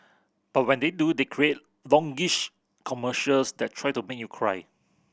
but when they do they create longish commercials that try to make you cry